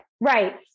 Right